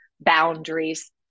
boundaries